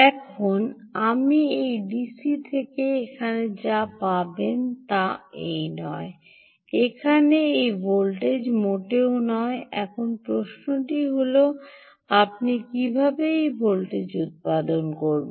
এখন আপনি এই ডিসি থেকে এখানে যা পাবেন তা এই নয় এখানে এই ভোল্টেজ মোটেও নয় এখন প্রশ্নটি হল আপনি কীভাবে এই ভোল্টেজ উত্পাদন করবেন